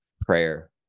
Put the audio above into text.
prayer